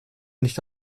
nicht